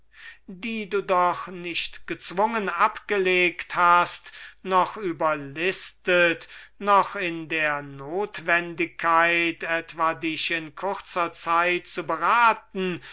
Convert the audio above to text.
die du doch nicht gezwungen abgelegt hast noch überlistet noch in der notwendigkeit etwa dich in kurzer zeit zu beraten